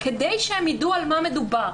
כדי שהם ידעו על מה מדובר.